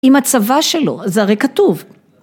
‫עם הצבא שלו, זה הרי כתוב.